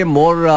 more